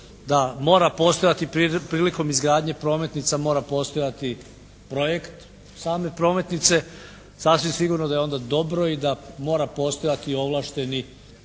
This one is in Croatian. da mora postojati prilikom izgradnje prometnica mora postojati projekt same prometnice, sasvim sigurno da je onda dobro i da mora postojati ovlašteni netko